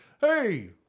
hey